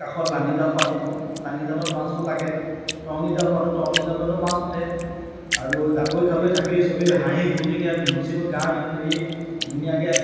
কাষত লাঙি জাল পাতি থওঁ লাঙি জালত মাছো লাগে টৰঙি জাল পাতোঁ টৰঙি জালতো মাছ উঠে আৰু জাকৈ খালৈ থাকেই চবেই হাঁহি ফুকিয়াই বিহু চিহু গাই মেলি ধুনীয়াকৈ